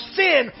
sin